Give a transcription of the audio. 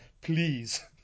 Please